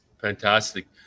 Fantastic